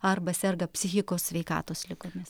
arba serga psichikos sveikatos ligomis